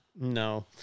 No